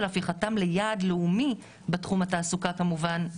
הפיכתם ליעד לאומי בתחום התעסוקה כמובן,